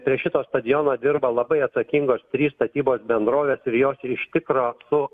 prie šito stadiono dirba labai atsakingos trys statybos bendrovės ir jos ir iš tikro su